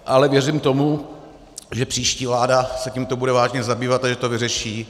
Ale věřím tomu, že příští vláda se tímto bude vážně zabývat a že to vyřeší.